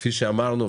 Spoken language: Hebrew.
כפי שאמרנו,